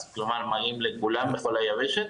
כלומר ימים לכולם בכל היבשת,